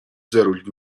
зориулж